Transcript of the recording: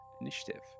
initiative